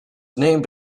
named